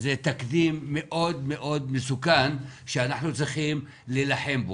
זה תקדים מאוד מאוד מסוכן שאנחנו צריכים להילחם בו.